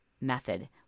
method